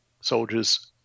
soldiers